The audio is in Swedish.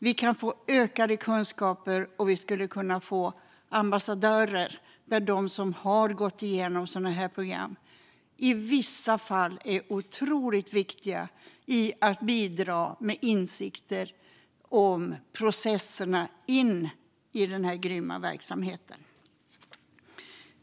Vi kan få ökade kunskaper, och vi skulle kunna få ambassadörer. De som har gått igenom sådana här program är i vissa fall otroligt viktiga i att bidra med insikter om de processer som leder in i denna grymma verksamhet.